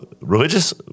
religious